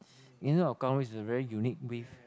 you know the Kallang Wave is a very unique wave